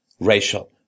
racial